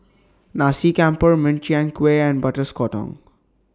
Nasi Campur Min Chiang Kueh and Butter Sotong